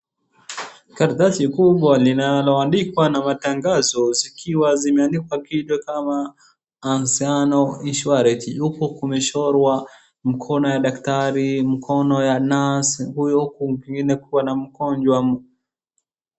Karatasi kubwa linaloandikwa na matangazo zikiwa zimeandikwa kitu kama Anziano Insurance huku kumechorwa mkono ya daktari, mkono ya nurse huyo kwingine kuko na mgonjwa.